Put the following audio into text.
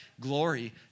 Glory